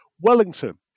Wellington